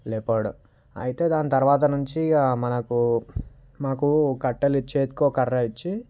లేపడ్ అయితే దాని తరువాత నుంచి ఇక మనకు మాకు కట్టెలు చేతికో కర్ర ఇచ్చి